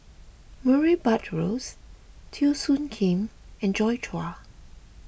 Murray Buttrose Teo Soon Kim and Joi Chua